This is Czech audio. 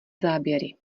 záběry